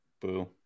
Boo